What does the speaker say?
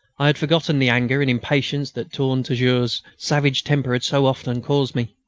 i had forgotten the anger and impatience that tourne-toujours' savage temper had so often caused me.